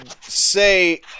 say